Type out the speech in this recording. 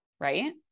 right